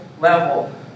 level